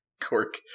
Cork